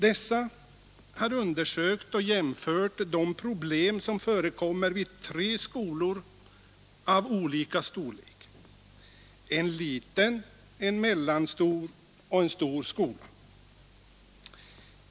Dessa har undersökt och jämfört de problem som förekommer vid tre skolor av olika storlek, en liten, en mellanstor och en stor skola.